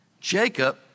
Jacob